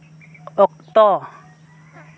ᱚᱠᱛᱚ